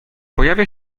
pojawia